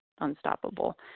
unstoppable